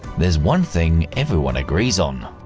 there's one thing everyone agrees on,